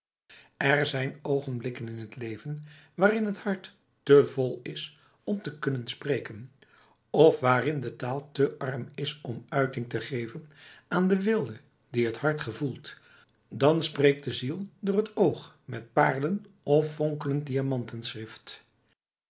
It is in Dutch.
er zijn oogenblikken in het leven waarin het hart te vol is om te kunnen spreken of waarin de taal te arm is om uiting te geven aan de weelde die t hart gevoelt dan spreekt de ziel door het oog met paarlen of fonkelend